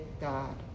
God